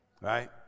Right